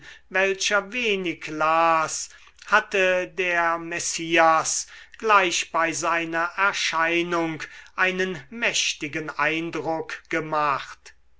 welcher wenig las hatte der messias gleich bei seiner erscheinung einen mächtigen eindruck gemacht